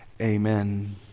Amen